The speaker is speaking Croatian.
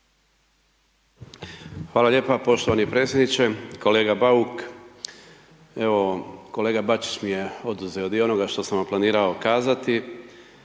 Hvala lijepa poštovani predsjedniče, kolega Bauk. Evo kolega Bačić mi je oduzeo dio onoga što sam vam planirao kazati,